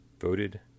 voted